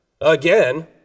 again